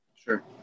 Sure